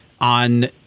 on